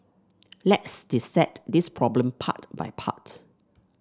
let's dissect this problem part by part